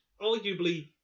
arguably